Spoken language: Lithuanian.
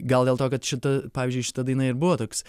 gal dėl to kad šita pavyzdžiui šita daina ir buvo toks